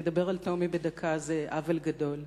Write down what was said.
לדבר על טומי בדקה זה עוול גדול,